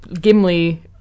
Gimli